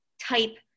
type